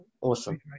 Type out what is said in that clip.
Awesome